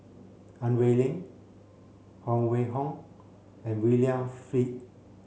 Ang Wei Neng Huang Wenhong and William Flint